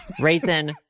raisin